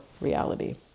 reality